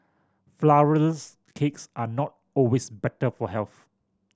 flourless cakes are not always better for health